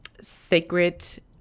sacred